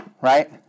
right